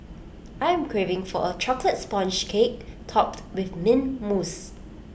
I am craving for A Chocolate Sponge Cake Topped with Mint Mousse